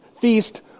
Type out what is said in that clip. feast